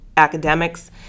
academics